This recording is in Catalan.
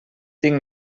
tinc